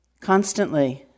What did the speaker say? constantly